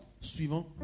suivant